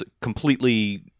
completely